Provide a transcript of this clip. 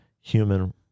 human